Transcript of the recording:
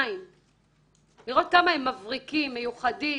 לראות כמה הם מבריקים, מיוחדים,